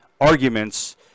arguments